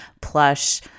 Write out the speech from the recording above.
plush